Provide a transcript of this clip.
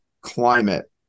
climate